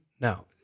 No